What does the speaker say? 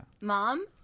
Mom